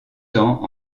temps